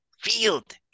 field